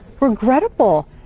regrettable